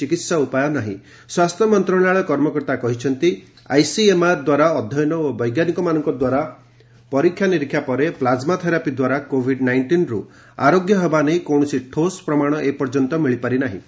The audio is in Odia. ତେବେ ସ୍ୱାସ୍ଥ୍ୟ ମନ୍ତ୍ରଣାଳୟ କର୍ମକର୍ତ୍ତା କହିଛନ୍ତି ଆଇସିଏମ୍ଆର୍ ଦ୍ୱାରା ଅଧ୍ୟନ ଓ ବୈଜ୍ଞାନିକମାନଙ୍କ ଦ୍ୱାରା ପରୀକ୍ଷା ନିରୀକ୍ଷା ପରେ ପ୍ଲାଜମା ଥେରାପି ଦ୍ୱାରା କୋଭିଡ୍ ନାଇଷ୍ଟିନ୍ରୁ ଆରୋଗ୍ୟ ହେବା ନେଇ କୌଣସି ଠୋସ ପ୍ରମାଣ ଏ ପର୍ଯ୍ୟନ୍ତ ମିଳିପାରି ନାହିଁ